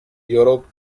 europe